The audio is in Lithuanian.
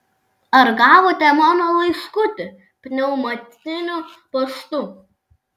ar gavote mano laiškutį pneumatiniu paštu